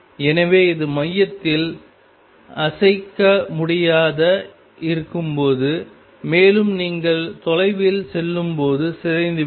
எனவே இது மையத்தில் அசைக்க முடியாததாக இருக்கும் மேலும் நீங்கள் தொலைவில் செல்லும்போது சிதைந்துவிடும்